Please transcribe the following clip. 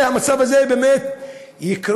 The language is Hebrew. הרי במצב הזה באמת המועצות,